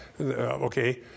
Okay